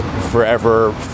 forever